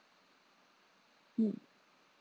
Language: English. mm